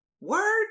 Word